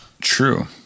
True